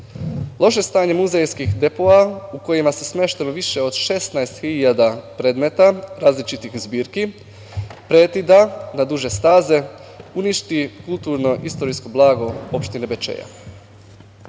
stanje muzejskih depoa u kojima je smešteno više od 16.000 predmeta i različitih zbirki preti da na duže staze uništi kulturno-istorijsko blago opštine Bečej.